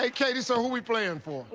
ah katie, so, who we playing for?